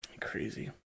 Crazy